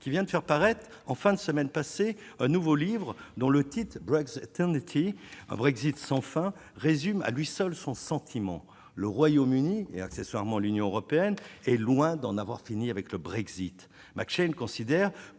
qui vient de faire paraître en fin de semaine passée un nouveau livre dont le titre,- un Brexit sans fin -résume à lui seul son sentiment : le Royaume-Uni, et accessoirement l'Union européenne, est loin d'en avoir fini avec le Brexit.